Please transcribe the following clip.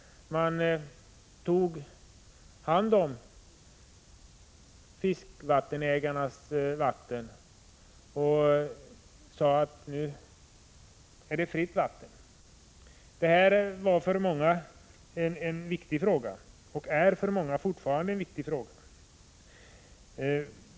Man tog hand om fiskevattenägarnas vatten och sade att det var fria vatten. Detta var och är fortfarande för många en viktig fråga.